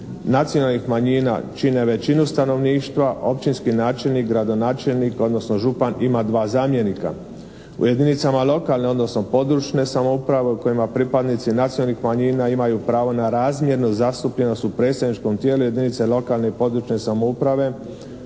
nacionalnih manjina čine većinu stanovništva općinski načelnik, gradonačelnik odnosno župan ima 2 zamjenika. U jedinicama lokalne odnosno područne samouprave u kojima pripadnici nacionalnih manjina imaju pravo na razmjernu zastupljenost u predsjedničkom tijelu jedinica lokalne i područne samouprave.